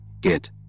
get